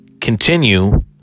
continue